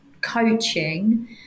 coaching